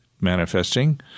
manifesting